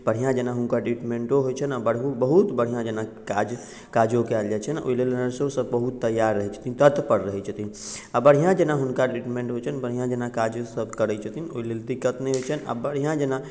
बढ़िआँ जेना हुनका ट्रीटमेंटो होइत छनि आओर बहुत बढ़िआँ जेना काज काजो कयल जाइत छनि ओहि लेल नर्सो सब बहुत तैआर रहैत छथिन तत्पर रहैत छथिन आ बढ़िआँ जेना हुनका ट्रीटमेन्ट होइत छनि बढ़िआँ जेना काज सब करैत छथिन ओहि लेल दिक्कत नहि होइत छनि आ बढ़िआँ जेना